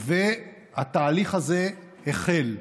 והתהליך הזה החל.